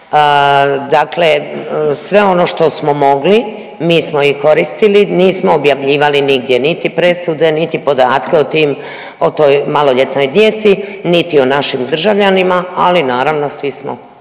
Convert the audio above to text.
Dakle, sve ono što smo mogli mi smo i koristili nismo objavljivali nigdje niti presude niti podatke o tim o toj maloljetnoj djeci niti o našim državljanima, ali naravno svi smo